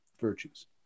virtues